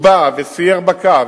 הוא בא וסייר בקו,